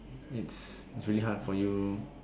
it's it's really hard for you